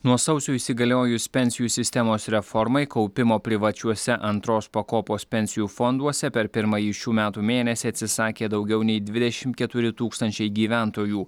nuo sausio įsigaliojus pensijų sistemos reformai kaupimo privačiuose antros pakopos pensijų fonduose per pirmąjį šių metų mėnesį atsisakė daugiau nei dvidešimt keturi tūkstančiai gyventojų